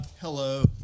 Hello